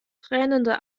tränende